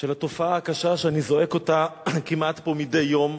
של התופעה הקשה, שאני זועק אותה כמעט פה מדי יום,